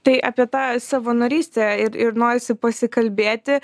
tai apie tą savanorystę ir ir norisi pasikalbėti